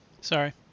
Sorry